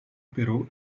però